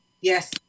Yes